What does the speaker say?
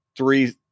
three